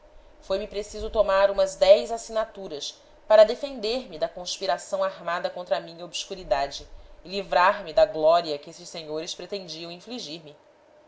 avô foi-me preciso tomar umas dez assinaturas para defender me da conspiração armada contra a minha obscuridade e livrar me da glória que esses senhores pretendiam infligir me